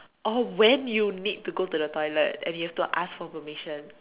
or when you need to go to the toilet and you have to ask for permission